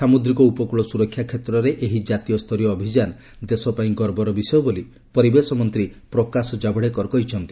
ସାମୁଦ୍ରିକ ଉପକୂଳ ସୁରକ୍ଷା କ୍ଷେତ୍ରରେ ଏହି କାତୀୟସ୍ତରୀୟ ଅଭିଯାନ ଦେଶପାଇଁ ଗର୍ବର ବିଷୟ ବୋଲି ପରିବେଶ ମନ୍ତ୍ରୀ ପ୍ରକାଶ ଜାଭଡେକର କହିଚନ୍ତି